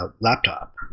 laptop